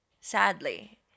sadly